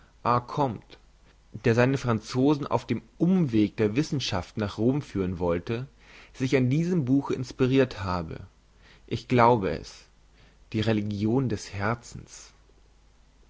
comte der seine franzosen auf dem umweg der wissenschaft nach rom führen wollte sich an diesem buche inspirirt habe ich glaube es die religion des herzens